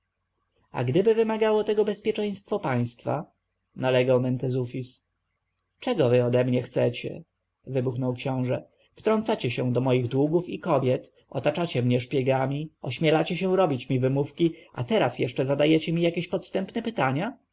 a gdyby wymagało tego bezpieczeństwo państwa nalegał mentezufis czego wy ode mnie chcecie wybuchnął książę wtrącacie się do moich długów i kobiet otaczacie mnie szpiegami ośmielacie się robić mi wymówki a teraz jeszcze zadajecie mi jakieś podstępne pytania